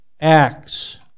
acts